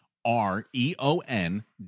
R-E-O-N